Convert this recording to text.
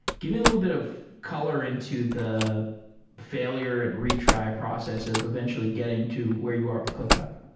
give me a little bit of color into the failure and retry process of eventually getting to where you are with clickup.